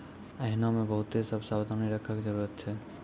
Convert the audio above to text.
एहनो मे बहुते सभ सावधानी राखै के जरुरत छै